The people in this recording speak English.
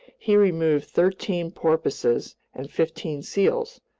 he removed thirteen porpoises and fifteen seals.